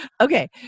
Okay